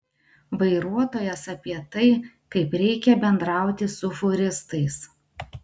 vairuotojas apie tai kaip reikia bendrauti su fūristais